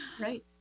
Right